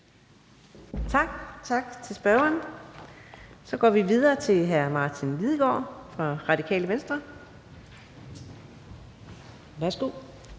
tak til spørgeren. Så går vi videre til hr. Martin Lidegaard fra Radikale Venstre. Værsgo.